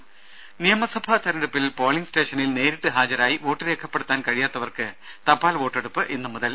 രും നിയമസഭാ തെരഞ്ഞെടുപ്പിൽ പോളിങ് സ്റ്റേഷനിൽ നേരിട്ട് ഹാജരായി വോട്ട് രേഖപ്പെടുത്താൻ കഴിയാത്തവർക്ക് തപാൽ വോട്ടെടുപ്പ് ഇന്നുമുതൽ